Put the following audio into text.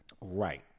Right